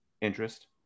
interest